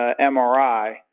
MRI